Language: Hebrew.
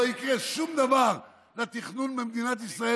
לא יקרה שום דבר לתכנון במדינת ישראל,